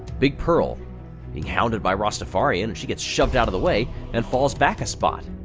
big pearl being hounded by rastafarian. she gets shoved out of the way and falls back a spot.